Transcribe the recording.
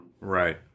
right